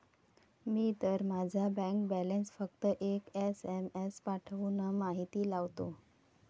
मी तर माझा bank balance फक्त एक एस.एम.एस पाठवून माहिती लावतो